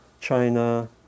China